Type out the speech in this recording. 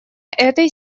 этой